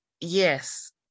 yes